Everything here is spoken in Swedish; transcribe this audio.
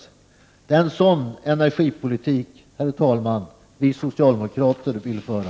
Herr talman! En sådan energipolitik vill vi socialdemokrater föra!